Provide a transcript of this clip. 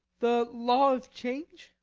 the law of change?